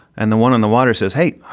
and the one in the water says, hey,